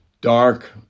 dark